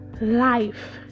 life